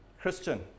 Christian